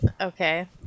okay